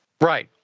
Right